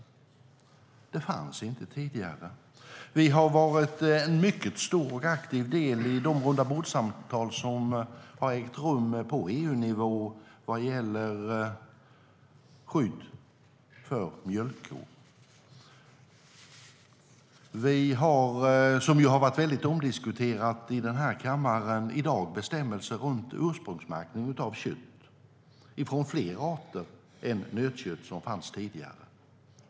Det fanns inte tidigare. Bestämmelser om ursprungsmärkning av kött har varit väldigt omdiskuterat i den här kammaren. Det gäller kött från fler djurarter än från nöt som fanns redan tidigare.